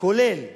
כולל